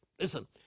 listen